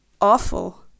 awful